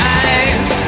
eyes